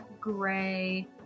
gray